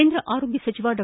ಕೇಂದ್ರ ಆರೋಗ್ಯ ಸಚಿವ ಡಾ